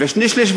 ושני-שלישים,